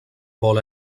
vol